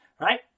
Right